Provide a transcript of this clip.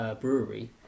brewery